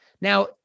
Now